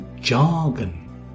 jargon